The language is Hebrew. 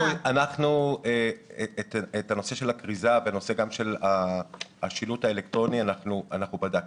את הנושא של הכריזה ושל השילוט האלקטרוני אנחנו בדקנו.